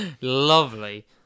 Lovely